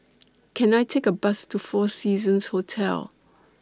Can I Take A Bus to four Seasons Hotel